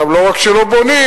עכשיו לא רק שלא בונים,